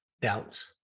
doubts